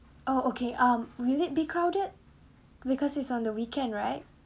oh okay um will it be crowded because it's on the weekend right